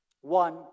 One